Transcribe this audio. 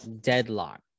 deadlock